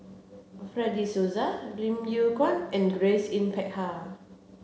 Fred De Souza Lim Yew Kuan and Grace Yin Peck Ha